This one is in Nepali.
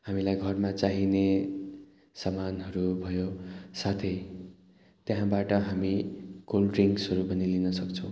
हामीलाई घरमा चाहिने सामानहरू भयो साथै त्यहाँबाट हामी कोल्ड ड्रिङ्सहरू पनि लिनसक्छौँ